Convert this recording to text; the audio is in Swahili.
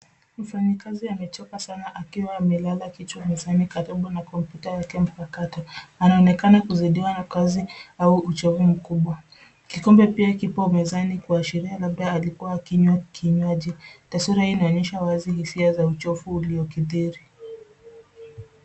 Mfanyikazi amechoka sana akiwa amelala kichwa mezani karibu na kompyuta yake mpakato. Anaonekana kuzidiwa na kazi au uchofu mkubwa. Kikombe pia kiko mezani kuashiria labda alikuwa akinywa kinywaji. Taswira hii inaonyesha wazi hisia za uchovu uliokidhiri.